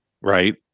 right